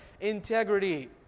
Integrity